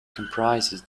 comprises